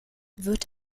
wird